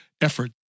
effort